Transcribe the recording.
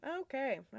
Okay